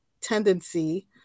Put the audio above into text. tendency